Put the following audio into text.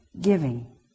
giving